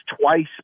twice